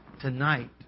tonight